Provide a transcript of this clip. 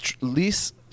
Least –